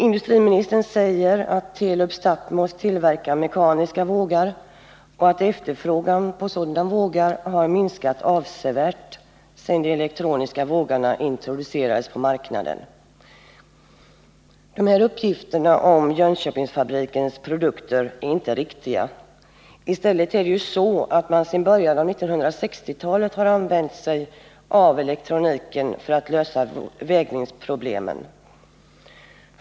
Industriministern säger att Telub-Stathmos tillverkar mekaniska vågar och att efterfrågan på sådana har minskat avsevärt sedan de elektroniska vågarna introducerades på marknaden. De här uppgifterna om Jönköpingsfabrikens produkter är inte riktiga. I stället är det ju så, att man sedan början av 1960-talet har använt sig av elektroniken för att lösa vägningsproblemen.